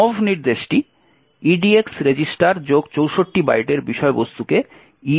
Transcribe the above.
mov নির্দেশটি edx register64 বাইটের বিষয়বস্তুকে eax রেজিস্টারে নিয়ে যায়